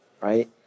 right